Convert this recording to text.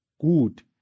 good